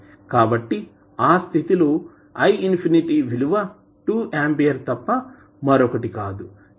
కాబట్టి ఆ స్థితి లో విలువ 2 ఆంపియర్ తప్ప మరొకటి కాదు